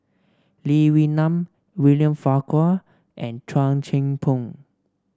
Lee Wee Nam William Farquhar and Chua Thian Poh